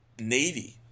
navy